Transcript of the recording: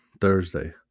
Thursday